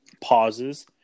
pauses